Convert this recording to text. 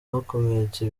bakomeretse